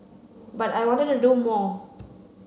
but I wanted to do more